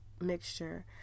mixture